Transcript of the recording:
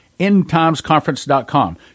EndTimesConference.com